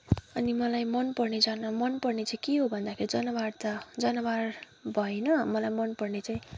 अनि मलाई मनपर्ने जनावर मनपर्ने चाहिँ के हो भन्दा चाहिँ जनावर त जनावर भएन मलाई मनपर्ने चाहिँ